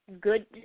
Good